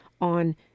on